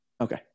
okay